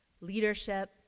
leadership